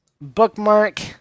bookmark